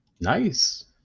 nice